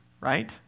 right